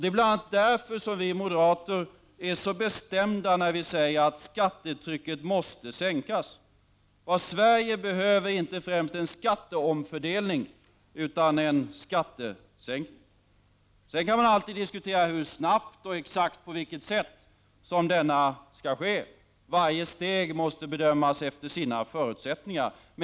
Det är bl.a. därför som vi moderater är så bestämda när vi säger att skattetrycket måste sänkas. Sverige behöver inte främst en skatteomfördelning, utan en skattesänkning. Man kan dock alltid diskutera hur snabbt och exakt på vilket sätt denna bör äga rum. Varje steg måste bedömas efter sina förutsättningar.